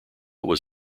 was